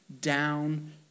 down